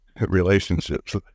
relationships